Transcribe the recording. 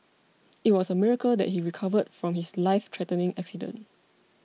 it was a miracle that he recovered from his life threatening accident